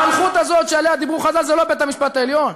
המלכות הזאת שעליה דיברו חז"ל זה לא בית-המשפט העליון,